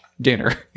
dinner